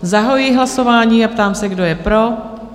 Zahajuji hlasování a ptám se, kdo je pro?